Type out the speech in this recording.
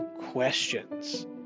Questions